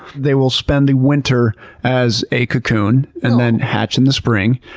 they will spend the winter as a cocoon and then hatch in the spring.